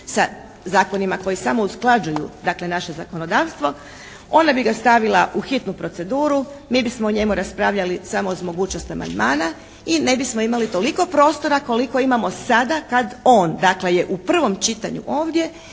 sa zakonima koji samo usklađuju, dakle naše zakonodavstvo, onda bi ga stavila u hitnu proceduru, mi bismo o njemu raspravljali samo uz mogućnost amandmana i ne bismo imali toliko prostora koliko imamo sada kad on dakle je u prvom čitanju ovdje